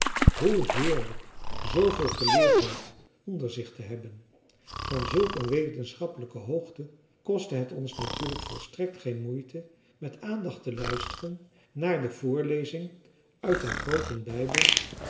hoe heerlijk zooveel geleerdheid onder zich te hebben van zulk een wetenschappelijke hoogte kostte het ons natuurlijk volstrekt geen moeite met aandacht te luisteren naar de voorlezing uit den grooten bijbel